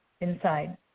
inside